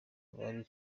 bari